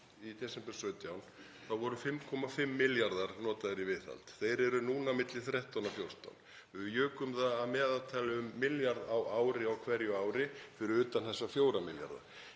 í desember 2017 þá voru 5,5 milljarðar notaðir í viðhald. Þeir eru núna milli 13 og 14. Við jukum það að meðaltali um milljarð á ári á hverju ári fyrir utan þessa 4 milljarða.